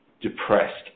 depressed